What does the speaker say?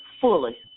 fully